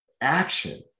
Action